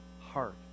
heart